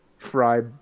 Fry